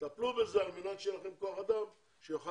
טפלו בזה על מנת שיהיה לכם כוח אדם שיוכל